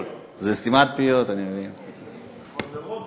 אני לא צריך עשר דקות, אני אעשה את זה הרבה